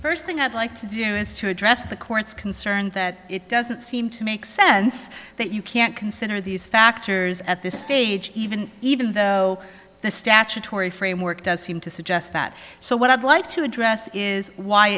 first thing i'd like to do is to address the court's concern that it doesn't seem to make sense that you can't consider these factors at this stage even even though the statutory framework does seem to suggest that so what i'd like to address is why